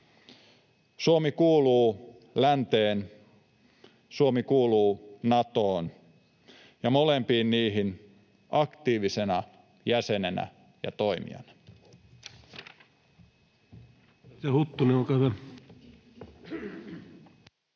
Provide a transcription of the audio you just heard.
Suomi kuuluu länteen, Suomi kuuluu Natoon ja molempiin niihin aktiivisena jäsenenä ja toimijana.